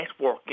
networking